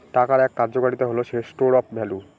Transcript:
টাকার এক কার্যকারিতা হল স্টোর অফ ভ্যালু